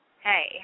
Hey